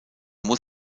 muss